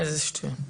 איזה שטויות.